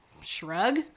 Shrug